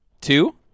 two